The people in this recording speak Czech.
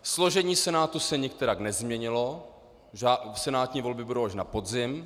Složení Senátu se nikterak nezměnilo, senátní volby budou až na podzim.